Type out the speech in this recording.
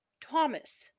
Thomas